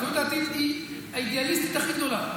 הציונות הדתית היא האידיאליסטית הכי גדולה,